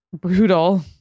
Brutal